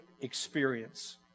experience